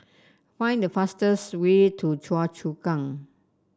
find the fastest way to Choa Chu Kang